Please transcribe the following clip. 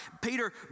Peter